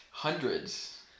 Hundreds